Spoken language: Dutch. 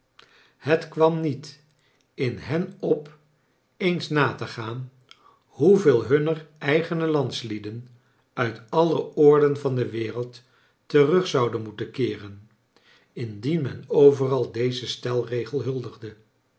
het kwam niet in hen op eens na te gaan hoeveel hunner eigene lands lieden uit alle oorden van de wereld terug zonden moeten keexen indien men overal dezen stelregel huldigde